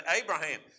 Abraham